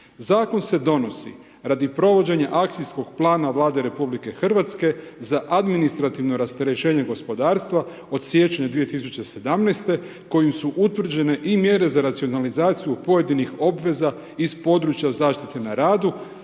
zakon se donosi radi provođenje akcijskog plana Vlade RH, za administrativno rasterećenje gospodarstva, od siječnja 2017. kojim su utvrđene i mjere za racionalizaciju pojedinih obveza iz područja zaštite na radu,